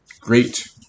great